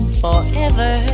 forever